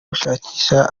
gushakisha